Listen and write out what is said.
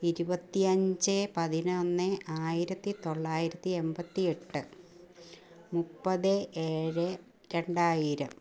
ഇരുപത്തി അഞ്ച് പതിനൊന്ന് ആയിരത്തി തൊള്ളായിരത്തി എൺപത്തി എട്ട് മുപ്പത്തി ഏഴ് രണ്ടായിരം